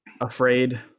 afraid